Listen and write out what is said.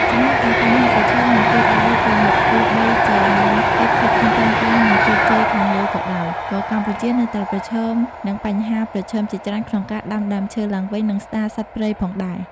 ចំណែកឯបញ្ហាប្រឈម និងទិសដៅទៅមុខទោះបីជាមានកិច្ចខិតខំប្រឹងប្រែង និងជោគជ័យខាងលើក៏ដោយ ក៏កម្ពុជានៅតែប្រឈមនឹងបញ្ហាប្រឈមជាច្រើនក្នុងការដាំដើមឈើឡើងវិញ និងស្ដារសត្វព្រៃផងដែរ។